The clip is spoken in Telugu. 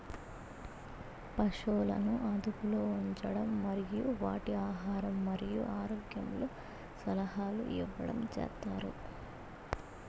పసువులను అదుపులో ఉంచడం మరియు వాటి ఆహారం మరియు ఆరోగ్యంలో సలహాలు ఇవ్వడం చేత్తారు